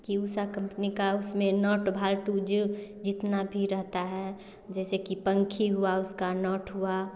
कि उषा कम्पनी का उसमे नट भाल्टू जो जितना भी रहता है जैसे की पंखी हुआ उसका नट हुआ